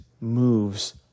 moves